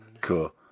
Cool